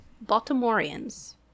Baltimoreans